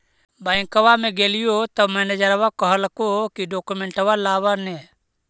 बैंकवा मे गेलिओ तौ मैनेजरवा कहलको कि डोकमेनटवा लाव ने?